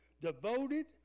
devoted